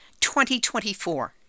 2024